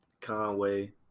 Conway